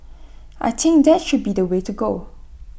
I think that should be the way to go